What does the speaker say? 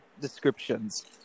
descriptions